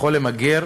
יכול למגר